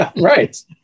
right